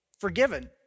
forgiven